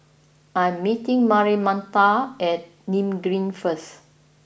I am meeting Marianita at Nim Green First